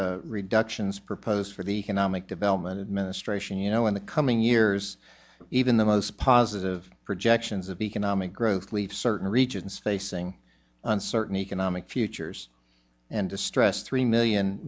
significant reductions proposed for the economic development administration you know in the coming years even the most positive projections of economic growth leave certain regions facing uncertain economic futures and distress three million